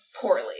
poorly